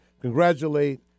congratulate